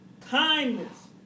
kindness